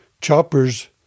choppers